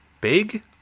Big